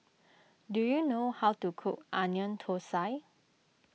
do you know how to cook Onion Thosai